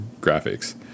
graphics